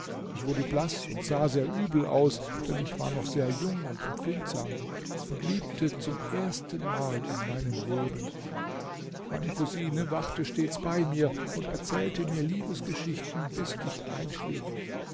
ich wurde blaß und sah sehr übel aus denn ich war noch sehr jung und empfindsam und liebte zum ersten mal in meinem leben meine cousine wachte stets bei mir und erzählte mir liebesgeschichten bis ich einschlief